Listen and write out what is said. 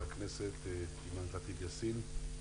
אימאן ח'טיב יאסין.